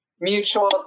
Mutual